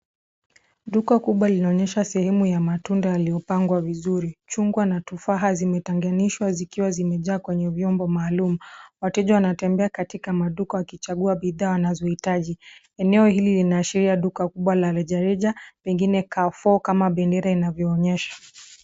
Duka kubwa linaonyesha sehemu ya matunda yaliyopangwa vizuri. Chungwa na tufaha zimetenganishwa zikiwa zimejaa kwenye vyombo maalum. Wateja watembea katika maduka wakichagua bidhaa wanazohitaji. Eneo hili linaashiria duka kubwa la rejareja pengine Carrefour kama bendera inavyoonyesha.